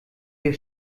wir